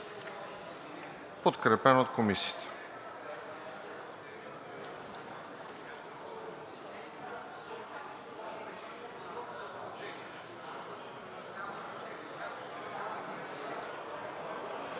подкрепен от Комисията.